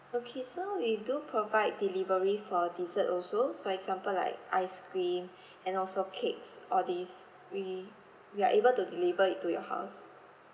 okay so we do provide delivery for dessert also for example like ice cream and also cakes all these we we are able to deliver it to your house